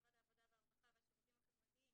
משרד העבודה והרווחה והשירותים החברתיים,